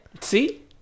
See